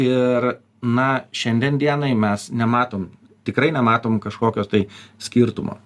ir na šiandien dienai mes nematom tikrai nematom kažkokio tai skirtumo